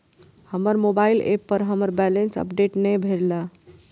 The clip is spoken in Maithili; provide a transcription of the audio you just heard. हमर मोबाइल ऐप पर हमर बैलेंस अपडेट ने भेल या